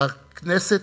הכנסת